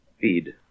feed